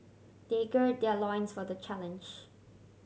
they gird their loins for the challenge